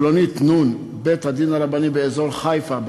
פלונית נ' בית-הדין הרבני באזור חיפה,